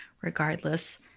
regardless